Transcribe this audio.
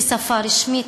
היא שפה רשמית,